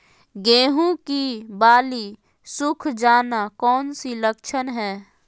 गेंहू की बाली सुख जाना कौन सी लक्षण है?